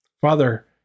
Father